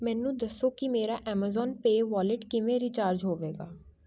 ਮੈਨੂੰ ਦੱਸੋ ਕਿ ਮੇਰਾ ਐਮਾਜ਼ੋਨ ਪੇ ਵੋਲਿਟ ਕਿਵੇਂ ਰਿਚਾਰਜ ਹੋਵੇਗਾ